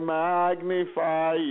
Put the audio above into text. magnify